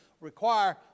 require